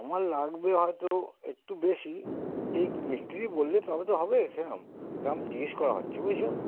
আমার লাগবে হয়তো একটু বেশি ঠিক মিস্ত্রী বললে তবে তো হবে সেরাম সেরাম জিজ্ঞেস করা হচ্ছে বুঝেছো